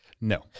No